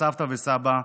סבתא וסבא,